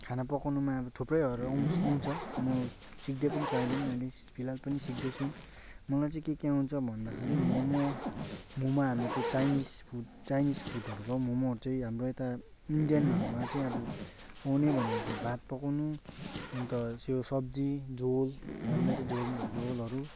खाना पकाउनुमा अब थुप्रैहरू आउँस् आउँछ म सिक्दै पनि छु अहिले पनि अहिले फिलहाल पनि सिक्दैछु मलाई चाहिँ के के आउँछ भन्दाखेरि मोमो मोमो हाम्रो त्यो चाइनिस फुड चाइनिस फुडहरू भयो मोमोहरू चाहिँ हाम्रो यता इन्डियनहरूमा चाहिँ अब आउने भनेको भात पकाउनु अन्त त्यो सब्जी झोल हामीलाई चाहिँ झोल झोलहरू